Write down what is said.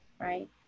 right